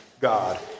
God